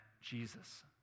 Jesus